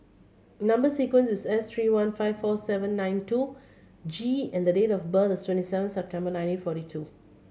number sequence is S three one five four seven nine two G and the date of birth is twenty seven September nineteen forty four